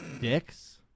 Dicks